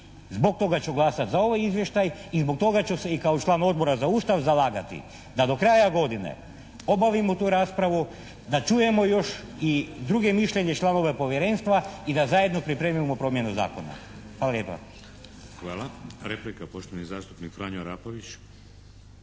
Zbog toga ću glasati za ovaj izvještaj i zbog toga ću se i kao član Odbora za Ustav zalagati, da do kraja godine obavimo tu raspravu, da čujemo još i druga mišljenja članova povjerenstva i da zajedno pripremimo promjenu zakona. Hvala lijepa. **Šeks, Vladimir (HDZ)** Hvala. Replika poštovani zastupnik Franjo Arapović.